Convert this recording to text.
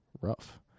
rough